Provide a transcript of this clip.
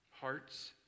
hearts